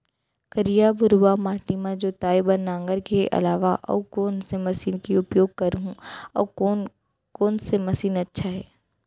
करिया, भुरवा माटी म जोताई बार नांगर के अलावा अऊ कोन से मशीन के उपयोग करहुं अऊ कोन कोन से मशीन अच्छा है?